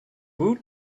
woot